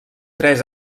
tres